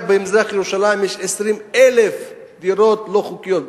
רק במזרח-ירושלים יש 20,000 דירות לא חוקיות,